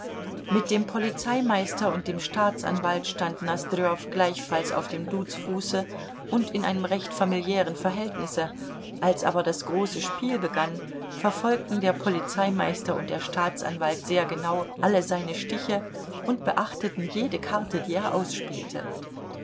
mit dem polizeimeister und dem staatsanwalt stand nosdrjow gleichfalls auf dem duzfuße und in einem recht familiären verhältnisse als aber das große spiel begann verfolgten der polizeimeister und der staatsanwalt sehr genau alle seine stiche und beachteten jede karte die er ausspielte